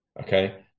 okay